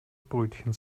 brötchen